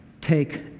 Take